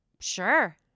sure